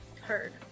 Heard